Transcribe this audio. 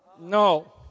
No